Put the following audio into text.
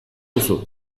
duzu